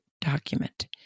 document